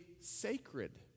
sacred